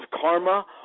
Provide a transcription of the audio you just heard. karma